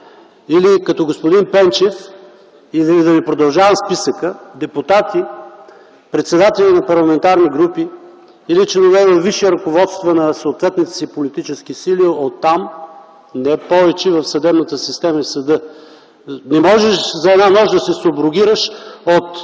или като господин Пенчев, или да не продължавам списъка – депутати, председатели на парламентарни групи или членове във висши ръководства на съответните си политически сили, оттам – не повече в съдебната система и в съда. Не можеш за една нощ да се суброгираш от